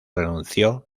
renunció